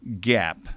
gap